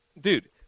Dude